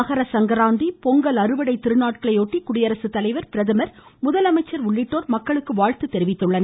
மகர சங்கராந்தி பொங்கல் திருநாளையொட்டி குடியரசுத்தலைவர் பிரதமர் முதலமைச்சர் ஆகியோர் மக்களுக்கு வாழ்த்து தெரிவித்துள்ளனர்